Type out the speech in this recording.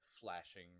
flashing